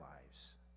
lives